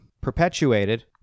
perpetuated